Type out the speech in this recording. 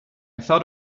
thought